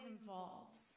involves